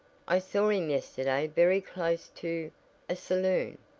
i saw him yesterday very close to a saloon!